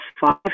five